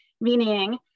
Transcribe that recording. meaning